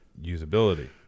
usability